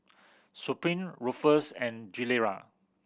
Supreme Ruffles and Gilera